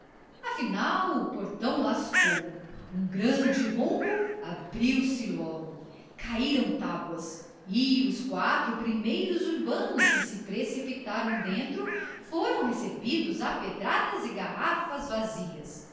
afinal o portão lascou um grande rombo abriu-se logo caíram tábuas e os quatro primeiros urbanos que se precipitaram dentro foram recebidos a pedradas e garrafas vazias